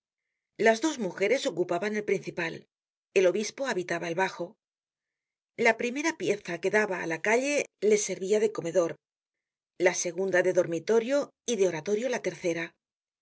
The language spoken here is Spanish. las dos mujeres ocupaban el principal el obispo habitaba el bajo la primera pieza que daba á la calle le servia de comedor la segunda de dormitorio y de oratorio la tercera